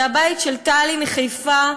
זה הבית של טלי מחיפה,